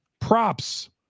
props